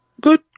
Good